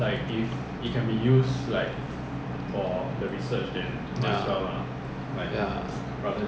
or maybe like malaysian 他也是来你这样子几不好一下 then there's a lot of